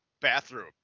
bathroom